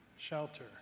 shelter